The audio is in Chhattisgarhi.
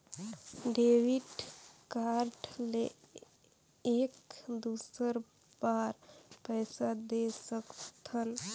डेबिट कारड ले एक दुसर बार पइसा दे सकथन?